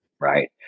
Right